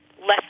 less